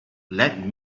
let